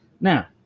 now